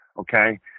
okay